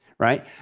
right